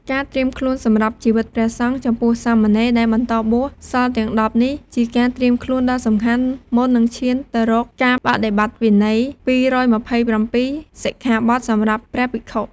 ការត្រៀមខ្លួនសម្រាប់ជីវិតព្រះសង្ឃ ចំពោះសាមណេរដែលបន្តបួស សីលទាំង ១០ នេះជាការត្រៀមខ្លួនដ៏សំខាន់ មុននឹងឈានទៅរកការបដិបត្តិវិន័យ ២២៧ សិក្ខាបទសម្រាប់ព្រះភិក្ខុ។